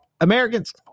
Americans